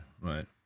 right